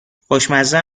خوشمزه